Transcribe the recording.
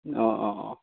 অঁ অঁ অঁ